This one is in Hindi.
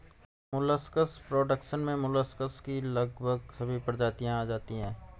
मोलस्कस प्रोडक्शन में मोलस्कस की लगभग सभी प्रजातियां आ जाती हैं